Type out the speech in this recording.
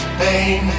pain